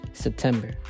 September